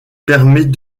permet